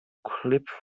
clip